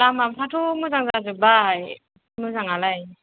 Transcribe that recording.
लामाफ्राथ' मोजां जाजोबबाय मोजाङालाय